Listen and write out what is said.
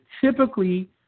typically